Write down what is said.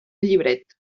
llibret